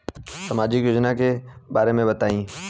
सामाजिक योजना के बारे में बताईं?